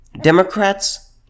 Democrats